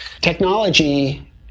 Technology